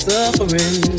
suffering